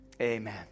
amen